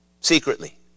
secretly